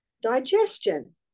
digestion